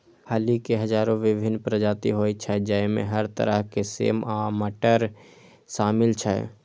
फली के हजारो विभिन्न प्रजाति होइ छै, जइमे हर तरह के सेम आ मटर शामिल छै